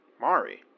Mari